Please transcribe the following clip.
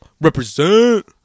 Represent